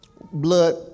blood